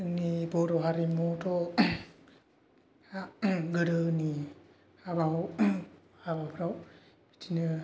जोंनि बर' हारिमुआवथ' आ गोदोनि हाबा हाबाफ्राव बिदिनो